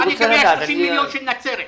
מה לגבי 30 מיליון לנצרת?